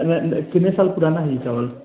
मैं कितने साल पुराना है चावल